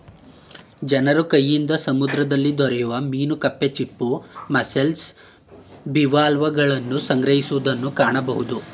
ಜನರು ಕೈಯಿಂದ ಸಮುದ್ರದಲ್ಲಿ ದೊರೆಯುವ ಮೀನು ಕಪ್ಪೆ ಚಿಪ್ಪು, ಮಸ್ಸೆಲ್ಸ್, ಬಿವಾಲ್ವಗಳನ್ನು ಸಂಗ್ರಹಿಸುವುದನ್ನು ಕಾಣಬೋದು